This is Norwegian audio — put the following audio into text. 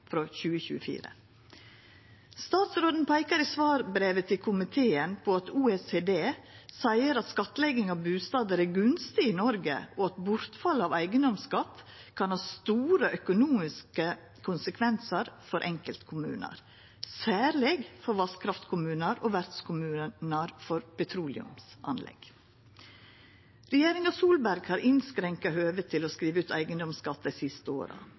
frå 2024. Statsråden peiker i svarbrevet til komiteen på at OECD seier at skattlegging av bustader er gunstig i Noreg, og at bortfall av eigedomsskatt kan ha store økonomiske konsekvensar for enkeltkommunar, særleg for vasskraftkommunar og vertskommunar for petroleumsanlegg. Regjeringa Solberg har innskrenka høvet til å skriva ut eigedomsskatt dei siste åra.